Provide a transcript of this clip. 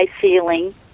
feeling